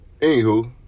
Anywho